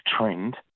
trend